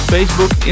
Facebook